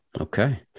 Okay